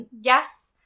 Yes